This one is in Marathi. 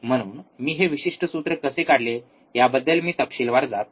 म्हणून मी हे विशिष्ट सूत्र कसे काढले याबद्दल मी तपशीलवार जात नाही